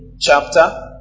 chapter